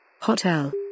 Hotel